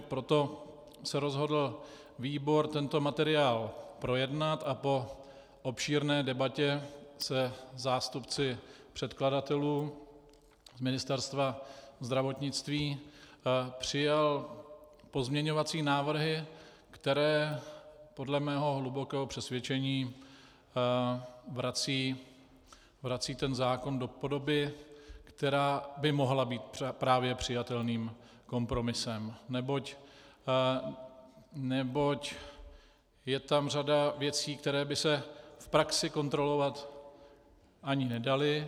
Proto se výbor rozhodl tento materiál projednat a po obšírné debatě se zástupci předkladatelů Ministerstva zdravotnictví přijal pozměňovací návrhy, které podle mého hlubokého přesvědčení vracejí ten zákon do podoby, která by mohla být právě přijatelným kompromisem, neboť je tam řada věcí, které by se v praxi kontrolovat ani nedaly.